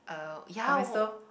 uh ya